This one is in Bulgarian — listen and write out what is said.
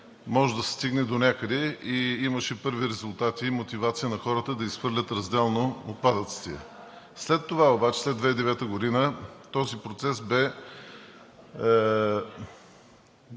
може да се стигне донякъде, имаше първи резултати и мотивация на хората да изхвърлят разделно отпадъците. След това обаче, след 2009 г., този процес бе